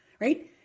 right